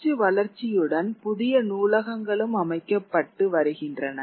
அச்சு வளர்ச்சியுடன் புதிய நூலகங்களும் அமைக்கப்பட்டு வருகின்றன